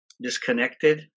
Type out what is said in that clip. disconnected